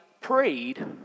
prayed